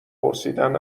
پرسیدن